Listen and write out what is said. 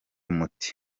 muti